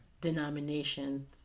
denominations